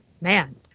Man